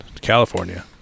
California